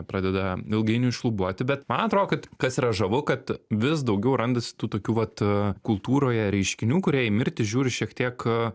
pradeda ilgainiui šlubuoti bet man atrodo kad kas yra žavu kad vis daugiau randasi tų tokių vat kultūroje reiškinių kurie į mirtį žiūri šiek tiek